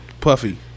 Puffy